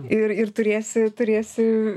ir ir turėsi turėsi